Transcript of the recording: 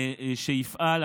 שיפעל.